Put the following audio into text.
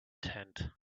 tent